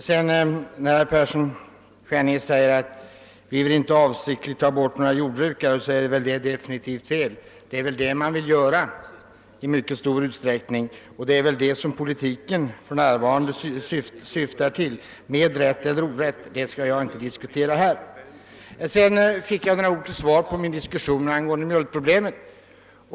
Herr Persson i Skänninge påstår, att avsikten inte är att ta bort några jordbrukare, men detta uttalande måste definitivt vara felaktigt. Det är väl just det som politiken för närvarande syftar till — med rätt eller orätt; det skall jag inte gå in på här. Sedan fick jag några ord till svar på min diskussion angående mjölkproblemet.